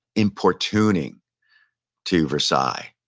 importuning to versailles,